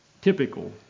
typical